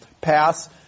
pass